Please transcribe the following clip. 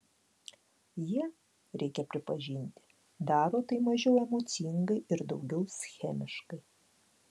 jie reikia pripažinti daro tai mažiau emocingai ir daugiau schemiškai